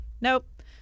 nope